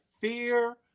fear